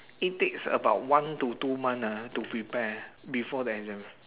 it takes about one to two month ah to prepare before the exam